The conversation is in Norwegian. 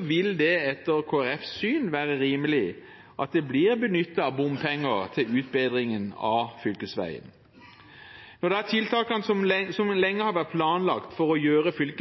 vil det etter Kristelig Folkepartis syn være rimelig at det blir benyttet bompenger til utbedring av fylkesveien. Når tiltakene som har vært planlagt lenge for å gjøre fv.